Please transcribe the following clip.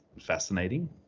fascinating